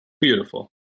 Beautiful